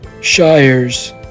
shires